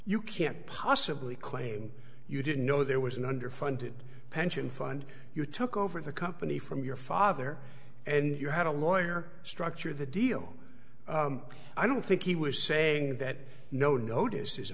you can't possibly claim you didn't know there was an underfunded pension fund you took over the company from your father and you had a lawyer structure the deal i don't think he was saying that no notice